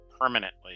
permanently